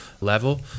level